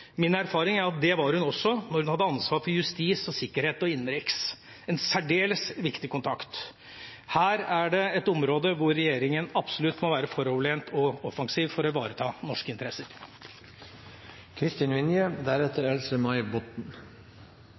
Min erfaring er at hun også var det da hun hadde ansvar for justis, sikkerhet og innenriks – en særdeles viktig kontakt. Dette er et område hvor regjeringa absolutt må være foroverlent og offensiv for å ivareta norske interesser.